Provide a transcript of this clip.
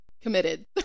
committed